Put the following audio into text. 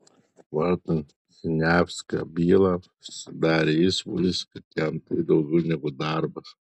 vartant siniavskio bylą susidarė įspūdis kad jam tai daugiau negu darbas